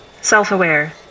self-aware